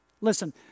Listen